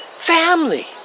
Family